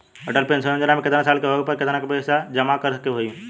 Atal pension Yojana मे केतना साल के होला पर केतना पईसा जमा करे के होई?